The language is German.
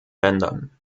ländern